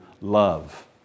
love